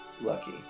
lucky